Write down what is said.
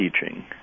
teaching